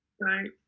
Right